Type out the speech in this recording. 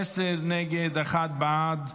עשרה נגד, אחד בעד,